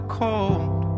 cold